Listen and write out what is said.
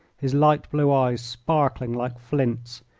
his light blue eyes sparkling like flints,